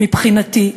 מבחינתי,